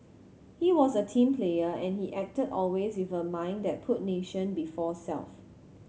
he was a team player and he acted always with a mind that put nation before self